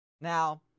Now